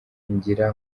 ngira